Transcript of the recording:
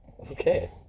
Okay